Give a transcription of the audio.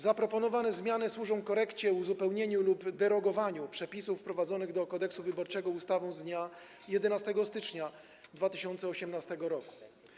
Zaproponowane zmiany służą korekcie, uzupełnieniu lub derogowaniu przepisów wprowadzonych do Kodeksu wyborczego ustawą z dnia 11 stycznia 2018 r.